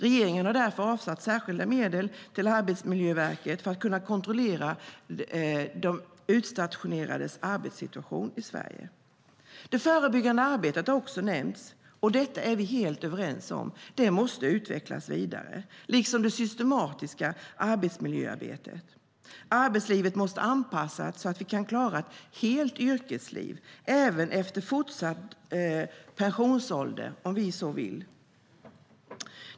Regeringen har därför avsatt extra medel till Arbetsmiljöverket för att de ska kunna kontrollera utstationerades arbetssituation i Sverige. Det förebyggande arbetet har också nämnts. Det är vi helt överens om. Det måste utvecklas vidare, liksom det systematiska arbetsmiljöarbetet. Arbetslivet måste anpassas så att vi kan klara ett helt yrkesliv, även efter pensionsåldern, om vi så vill.